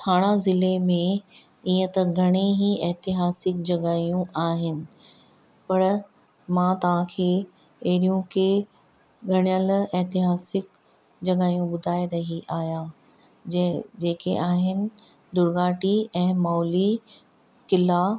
ठाणा ज़िले मे ईअं त घणेई ई ऐतिहासिक जॻहियूं आहिनि पर मां तव्हांखे एरियूं कंहिं ॻणियल ऐतिहासिक जॻहियूं ॿुधाई रही आहियां जंहिं जेके आहिनि दुर्गावती ऐं माहुली क़िला